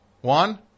One